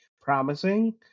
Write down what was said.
promising